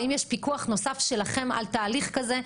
האם יש פיקוח נוסף שלכם על תהליך כזה,